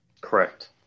Correct